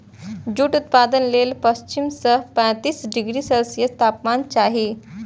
jute उत्पादन लेल पच्चीस सं पैंतीस डिग्री सेल्सियस तापमान चाही